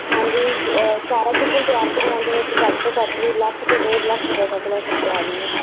ਹਾਂਜੀ ਸਾਰਾ ਕਿਚਨ ਤਿਆਰ ਕਰਵਾਉਣ ਦੇ ਵਿੱਚ ਘੱਟ ਤੋਂ ਘੱਟ ਵੀ ਲੱਖ ਤੋਂ ਡੇਢ ਲੱਖ ਰੁਪਏ ਤੱਕ ਦਾ ਖਰਚਾ ਆ ਜਾਊਗਾ